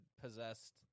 possessed